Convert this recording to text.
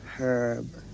Herb